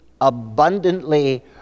abundantly